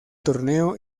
torneo